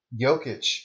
Jokic –